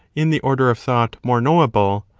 in the order of thought, more knowable,